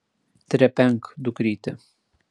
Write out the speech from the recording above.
trepenk dukryte